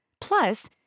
Plus